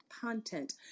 content